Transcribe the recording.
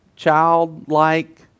Childlike